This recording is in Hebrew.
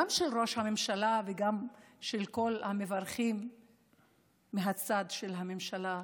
גם של ראש הממשלה וגם של כל המברכים מהצד של הממשלה שתקום,